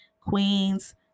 Queens